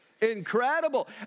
Incredible